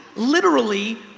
literally,